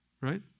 right